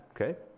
okay